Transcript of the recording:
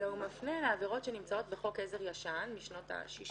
אלא מפנה לעבירות שנמצאות בחוק עזר ישן משנות ה-60.